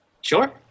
Sure